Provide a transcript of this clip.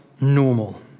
normal